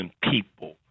people